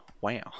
wow